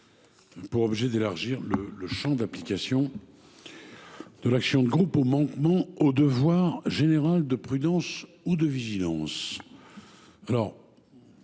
pour objet d’élargir le champ d’application de l’action de groupe aux manquements au devoir général de prudence ou de vigilance. À